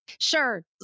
sure